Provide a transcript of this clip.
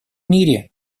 мире